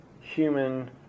human